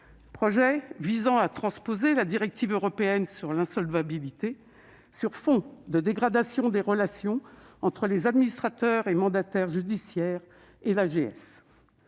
justice visant à transposer la directive européenne Restructuration et insolvabilité, sur fond de dégradation des relations entre les administrateurs et mandataires judiciaires et l'AGS.